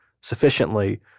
sufficiently